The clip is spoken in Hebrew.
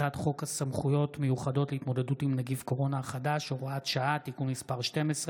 מאת חברי הכנסת יסמין